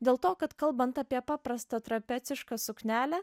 dėl to kad kalbant apie paprastą trapecišką suknelę